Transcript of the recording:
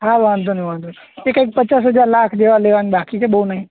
હા વાંધો નહીં વાંધો નહીં એ કંઇક પચાસ હજાર લાખ જેવા લેવાના બાકી છે બહુ નહીં